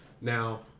Now